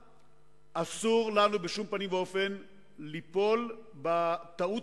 אסור לנו בשום פנים ואופן ליפול בטעות